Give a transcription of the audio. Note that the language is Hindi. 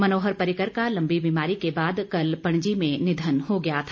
मनोहर पर्रिकर का लंबी बीमारी के बाद कल पणजी में निधन हो गया था